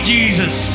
Jesus